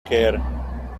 care